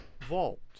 vault